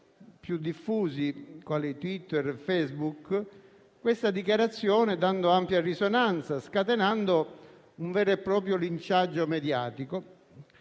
più diffusi, quali Twitter e Facebook, tale dichiarazione, dandole ampia risonanza, scatenando un vero e proprio linciaggio mediatico.